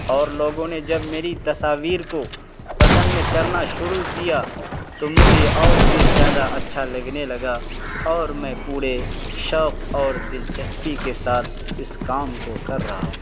اور لوگوں نے جب میری تصاویر کو پسند کرنا شروع کیا تو مجھے اور بھی زیادہ اچھا لگنے لگا اور میں پورے شوق اور دلچسپی کے ساتھ اس کام کو کر رہا ہوں